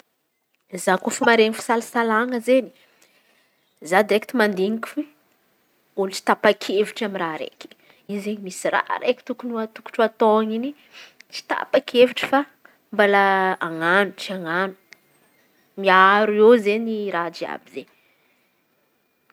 Zako kôfa mare fisalasalan̈a izen̈y za direkty mandin̈iky olo tsy tapa-kevitra amy raha raiky. Izy misy raha raiky tôkony tôkotry atô in̈y tsy tapakevitry fa mbala anano tsy anan̈o miaro eo izen̈y raha jiàby izen̈y